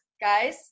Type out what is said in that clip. guys